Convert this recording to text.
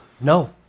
No